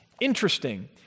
Interesting